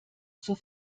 zur